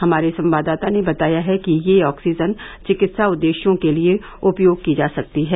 हमारे संवाददाता ने बताया है कि यह ऑक्सीजन चिकित्सा उद्देश्यों के लिए उपयोग की जा सकती है